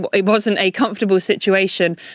but it wasn't a comfortable situation,